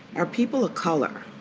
are people of color.